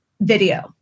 video